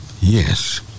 yes